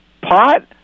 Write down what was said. Pot